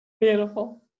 Beautiful